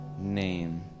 name